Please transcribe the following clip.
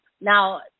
Now